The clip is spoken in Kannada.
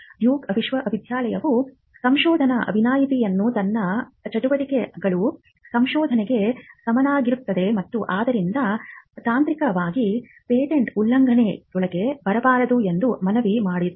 ಡ್ಯೂಕ್ ವಿಶ್ವವಿದ್ಯಾನಿಲಯವು ಸಂಶೋಧನಾ ವಿನಾಯಿತಿಯನ್ನು ತನ್ನ ಚಟುವಟಿಕೆಗಳು ಸಂಶೋಧನೆಗೆ ಸಮನಾಗಿರುತ್ತದೆ ಮತ್ತು ಆದ್ದರಿಂದ ತಾಂತ್ರಿಕವಾಗಿ ಪೇಟೆಂಟ್ ಉಲ್ಲಂಘನೆಯೊಳಗೆ ಬರಬಾರದು ಎಂದು ಮನವಿ ಮಾಡಿತು